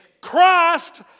Christ